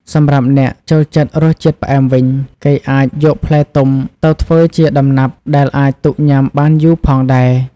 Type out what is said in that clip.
សម្រាប់អ្នកចូលចិត្តរសជាតិផ្អែមវិញ គេអាចយកផ្លែទុំទៅធ្វើជាដំណាប់ ដែលអាចទុកញ៉ាំបានយូរផងដែរ។